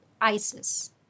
ISIS